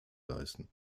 leisten